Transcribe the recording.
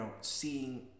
seeing